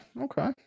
Okay